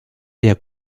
sehr